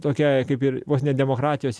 tokiai kaip ir vos ne demokratijos